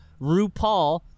RuPaul